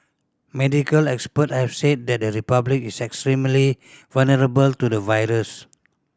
medical expert have said that the Republic is extremely vulnerable to the virus